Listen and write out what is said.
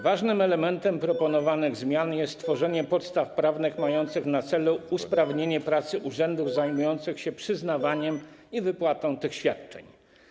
Ważnym elementem proponowanych zmian jest stworzenie podstaw prawnych mających na celu usprawnienie pracy urzędów zajmujących się przyznawaniem i wypłatą tych świadczeń.